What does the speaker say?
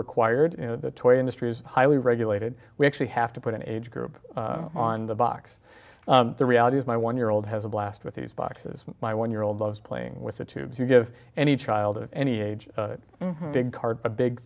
required you know the toy industry is highly regulated we actually have to put an age group on the box the reality is my one year old has a blast with these boxes my one year old loves playing with the tubes you give any child of any age